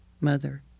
Mother